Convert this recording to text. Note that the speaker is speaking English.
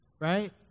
right